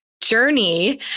journey